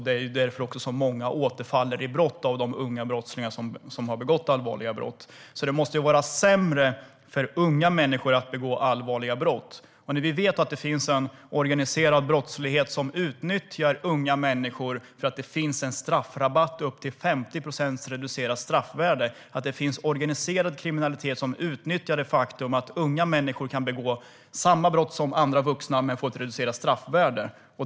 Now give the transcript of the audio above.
Det är ju därför som så många av de ungdomar som har begått allvarliga brott återfaller i brott. Det måste vara sämre för unga människor att begå allvarliga brott. Vi vet att det finns en organiserad brottslighet som utnyttjar unga människor därför att det finns en straffrabatt på upp 50 procent. Det finns organiserad kriminalitet som utnyttjar det faktum att unga människor kan begå samma brott som vuxna, men de får ett reducerat straff.